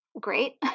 great